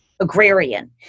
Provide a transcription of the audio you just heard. agrarian